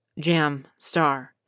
Jamstar